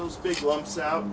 those big lumps out